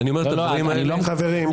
חברים.